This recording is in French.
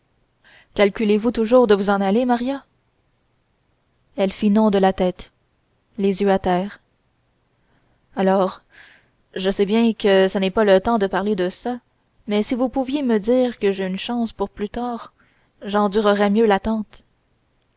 calculez vous toujours de vous en aller maria elle fit non de la tête les yeux à terre alors je sais bien que ça n'est pas le temps de parler de ça mais si vous pouviez me dire que j'ai une chance pour plus tard j'endurerais mieux l'attente